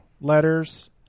letters